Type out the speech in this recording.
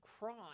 Crime